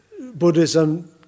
Buddhism